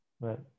Right